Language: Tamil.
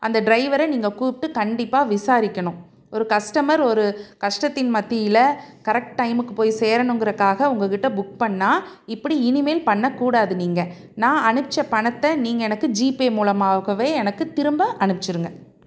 அந்த ட்ரைவரை நீங்கள் கூப்பிட்டு கண்டிப்பாக விசாரிக்கணும் ஒரு கஸ்ட்டமர் ஒரு கஷ்ட்டத்தின் மத்தியில் கரெக்ட் டைமுக்கு போய் சேரணும்ங்கிறக்காக உங்கள் கிட்ட புக் பண்ணிணா இப்படி இனிமேல் பண்ணக்கூடாது நீங்கள் நான் அனுப்புச்ச பணத்தை நீங்கள் எனக்கு ஜீபே மூலமாகவே எனக்கு திரும்ப அனுப்புச்சிருங்க